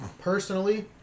Personally